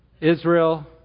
Israel